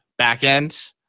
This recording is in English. backend